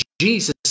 Jesus